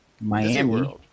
Miami